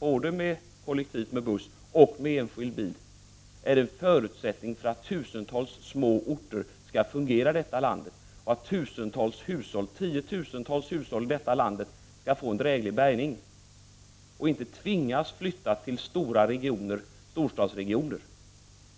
både kollektivt med buss och enskilt med bil — är en förutsättning för att tusentals små orter skall fungera i vårt land. Tiotusentals hushåll måste få en dräglig bärgning. Människor skall inte tvingas flytta till storstadsregioner.